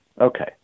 Okay